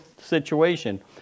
situation